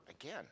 again